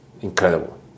incredible